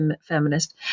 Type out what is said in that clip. feminist